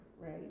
right